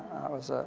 was, ah,